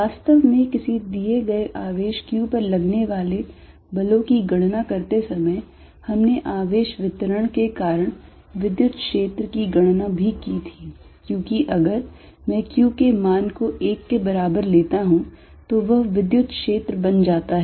वास्तव में किसी दिए गए आवेश q पर लगने वाले बलों की गणना करते समय हमने आवेश वितरण के कारण विद्युत् क्षेत्र की गणना भी की थी क्योंकि अगर मैं q के मान को 1 के बराबर लेता हूं तो वह विद्युत् क्षेत्र बन जाता है